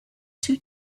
two